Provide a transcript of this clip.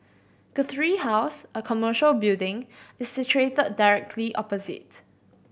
Guthrie House a commercial building is situated directly opposite